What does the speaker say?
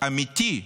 אמיתי.